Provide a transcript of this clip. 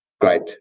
Great